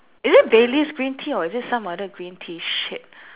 is it baileys green tea or is it some other green tea shit